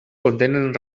contenen